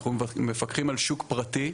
אנחנו מפקחים על שוק פרטי.